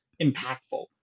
impactful